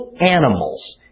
animals